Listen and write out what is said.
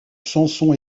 samson